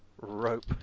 rope